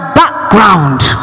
background